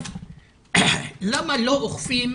למה לא אוכפים